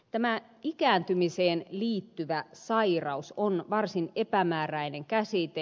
tämä ikääntymiseen liittyvä sairaus on varsin epämääräinen käsite